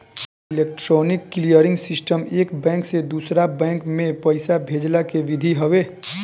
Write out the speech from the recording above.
electronic clearing system एक bank से दूसरा बैंक में पईसा भेजला के विधि हवे